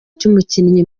cy’umukinnyi